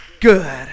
good